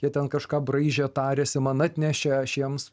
jie ten kažką braižė tarėsi man atnešė aš jiems